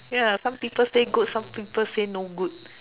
ya some people say good some people say no good